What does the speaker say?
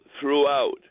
throughout